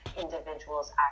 individuals